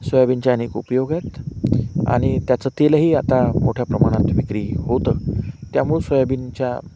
सोयाबीनचे अनेक उपयोग आहेत आणि त्याचं तेलही आता मोठ्या प्रमाणात विक्री होतं त्यामुळे सोयाबीनच्या